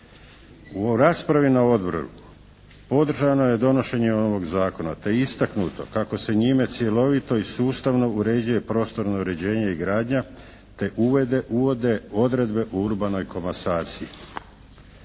U raspravi na Odboru podržano je donošenje ovog Zakona te je istaknuto kako se njime cjelovito i sustavno uređuje prostorno uređenje i gradnja te uvode odredbe o urbanoj komasaciji.